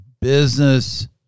business